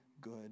good